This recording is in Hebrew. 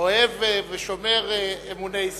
ושומר אמוני ישראל.